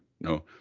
No